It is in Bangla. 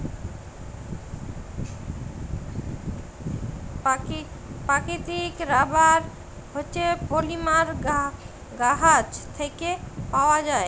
পাকিতিক রাবার হছে পলিমার গাহাচ থ্যাইকে পাউয়া যায়